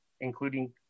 including